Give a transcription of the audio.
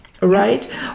right